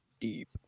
Deep